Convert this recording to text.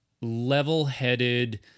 level-headed